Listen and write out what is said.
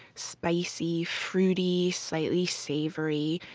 spicy, fruity, slightly savory,